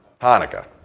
Hanukkah